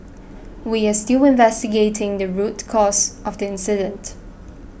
we are still investigating the root cause of the incident